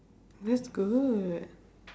that's good